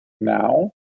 now